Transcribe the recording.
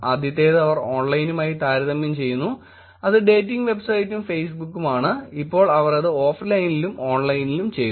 ആദ്യത്തേത് അവർ ഓൺലൈനുമായി താരതമ്യം ചെയ്യുന്നു അത് ഡേറ്റിംഗ് വെബ്സൈറ്റും ഫേസ്ബുക്കും ആണ് ഇപ്പോൾ അവർ ചെയ്തത് ഓഫ്ലൈനിലും ഓൺലൈനിലും ചെയ്തു